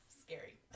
scary